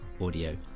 audio